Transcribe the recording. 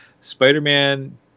Spider-Man